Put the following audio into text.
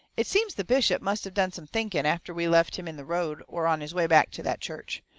it seems the bishop must of done some thinking after we left him in the road or on his way back to that church.